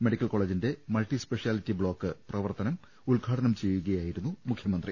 medical കോളേജിന്റെ multi speciality block പ്രവർ ത്തനം ഉദ്ഘാടനം ചെയ്യുകയായിരുന്നു മുഖ്യമന്ത്രി